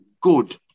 good